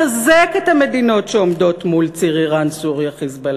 לחזק את המדינות שעומדות מול ציר איראן-סוריה-"חיזבאללה".